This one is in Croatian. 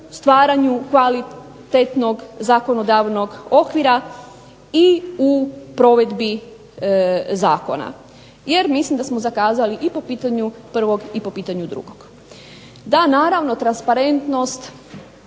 stvaranju kvalitetnog zakonodavnog okvira i u provedbi zakona. Jer mislim da smo zakazali i po pitanju prvog i po pitanju drugog. Da, naravno transparentnost,